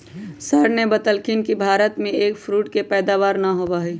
sir ने बतल खिन कि भारत में एग फ्रूट के पैदावार ना होबा हई